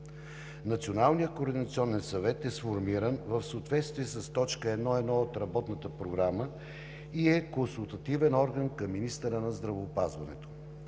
Националният координационен съвет е сформиран в съответствие с точка 1.1 от Работната програма и е консултативен орган към министъра на здравеопазването.